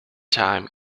time